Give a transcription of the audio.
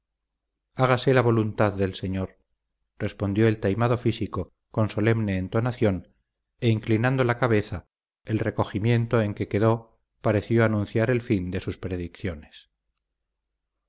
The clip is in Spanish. hágase la voluntad del señor respondió el taimado físico con solemne entonación e inclinando la cabeza el recogimiento en que quedó pareció anunciar el fin de sus predicciones